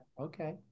Okay